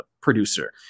producer